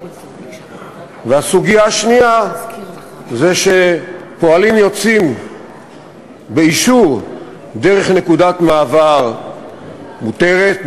והסוגיה השנייה היא שפועלים יוצאים באישור דרך נקודת מעבר מותרת,